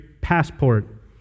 passport